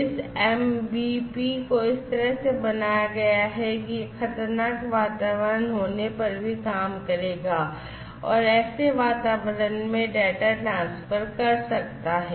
इस MBP को इस तरह से बनाया गया है कि यह खतरनाक वातावरण होने पर भी काम करेगा और ऐसे वातावरण में डेटा ट्रांसफर कर सकता है